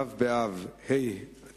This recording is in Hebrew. ו' באב התשס"ט,